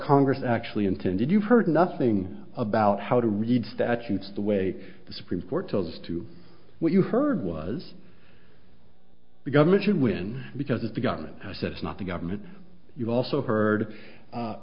congress actually intended you've heard nothing about how to read statutes the way the supreme court told us to what you heard was the government should win because if the government says it's not the government you've also heard